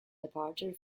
departure